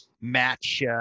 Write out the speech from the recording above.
match